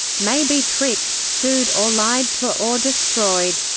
may be tricked, sued or lied to or destroyed,